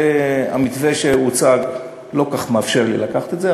המתווה שהוצג לא כל כך מאפשר לי לקחת את זה,